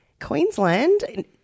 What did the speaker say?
Queensland